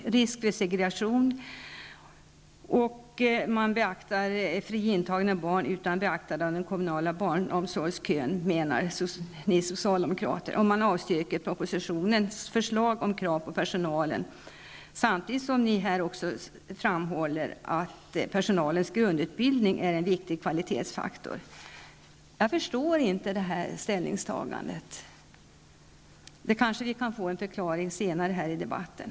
De talar om risk för segregation med ett system med fri intagning av barn utan beaktande av den kommunala barnomsorgskön. De avstyrker förslaget i propositionen om krav på personalen samtidigt som de här framhåller att personalens grundutbildning är en viktig kvalitetsfaktor. Jag förstår inte det ställningstagandet. Vi kanske kan få en förklaring till det senare i debatten.